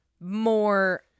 more